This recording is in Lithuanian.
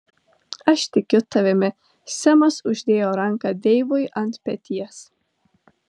aš tikiu tavimi semas uždėjo ranką deivui ant peties